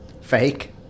fake